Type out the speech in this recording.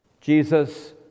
Jesus